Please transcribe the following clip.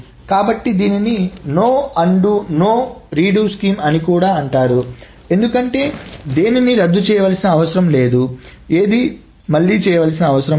కాబట్టి దీనిని no undo no redo scheme అని కూడా అంటారు ఎందుకంటే దేనినీ రద్దు చేయాల్సిన అవసరం లేదు ఏదీ మళ్లీ చేయాల్సిన అవసరం లేదు